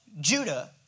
Judah